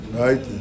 right